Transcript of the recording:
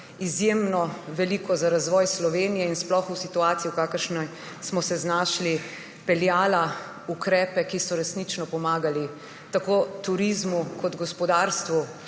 izjemno veliko za razvoj Slovenije in sploh v situaciji, v kakršni smo se znašli, peljala ukrepe, ki so resnično pomagali tako turizmu kot gospodarstvu,